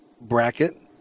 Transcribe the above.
bracket